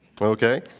Okay